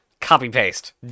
Copy-paste